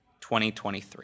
2023